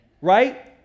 Right